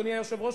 אדוני היושב-ראש,